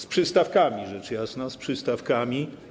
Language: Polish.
Z przystawkami, rzecz jasna, z przystawkami.